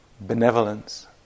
benevolence